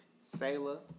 Sailor